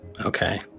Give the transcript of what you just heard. Okay